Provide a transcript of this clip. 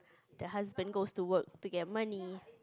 the husband goes to work to get money